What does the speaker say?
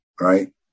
right